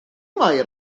mair